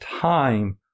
time